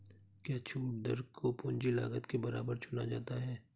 क्या छूट दर को पूंजी की लागत के बराबर चुना जाता है?